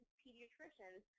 pediatricians